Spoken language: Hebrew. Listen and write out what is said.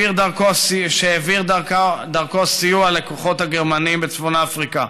והעביר דרכו סיוע לכוחות הגרמנים בצפון אפריקה.